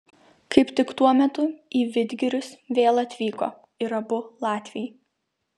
kaip tik tuo metu į vidgirius vėl atvyko ir abu latviai